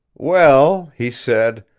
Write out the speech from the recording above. well, he said,